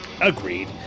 Agreed